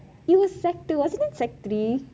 it was sec two wasn't it sec three